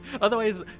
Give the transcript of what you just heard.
Otherwise